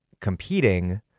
competing